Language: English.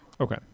Okay